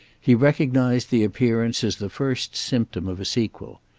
he recognised the appearance as the first symptom of a sequel.